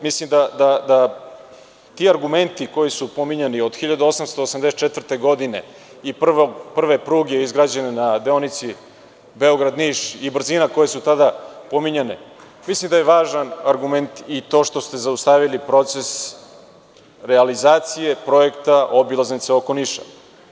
Mislim da ti argumenti koji su pominjani od 1884. godine, prve pruge izgrađene na deonici Beograd – Niš i brzine koje su tada pominjane, mislim da je važan argument i to što ste zaustavili proces realizacije projekta obilaznice oko Niša.